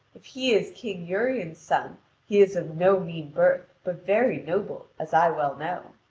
if he is king urien's son he is of no mean birth, but very noble, as i well know.